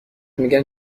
میگن